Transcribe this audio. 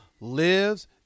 lives